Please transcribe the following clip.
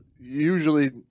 usually